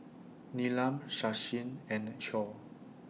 Neelam Sachin and Choor